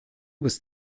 bist